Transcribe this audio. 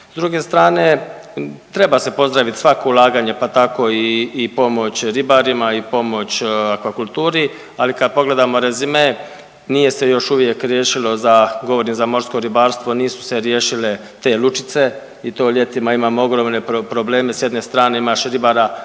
S druge strane treba se pozdraviti svako ulaganje pa tako i pomoć ribarima i pomoć aquakulturi, ali kad pogledamo rezime nije se još uvijek riješilo za, govorim za morsko ribarstvo nisu se riješile te lučice i to ljeti imamo ogromne probleme. S jedne strane imaš ribara